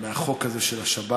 מהחוק הזה של השבת.